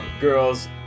girls